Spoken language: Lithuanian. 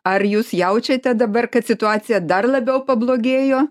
ar jūs jaučiate dabar kad situacija dar labiau pablogėjo